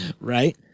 right